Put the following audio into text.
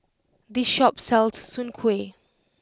this shop sells Soon Kway